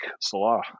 salah